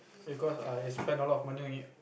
because I spend a lot of money on it